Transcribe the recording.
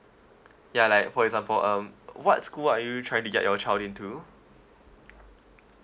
ya like for example um what school are you trying to get your child into